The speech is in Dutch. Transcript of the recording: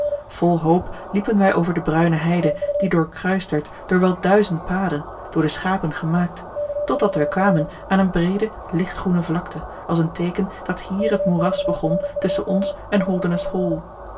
vol hoop liepen wij over de bruine heide die doorkruist werd door wel duizend paden door de schapen gemaakt totdat wij kwamen aan een breede lichtgroene vlakte als een teeken dat hier het moeras begon tusschen ons en holdernesse hall